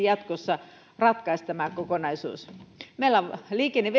jatkossa ratkaistaan tämä kokonaisuus meillä liikenne ja